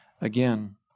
again